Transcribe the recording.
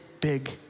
big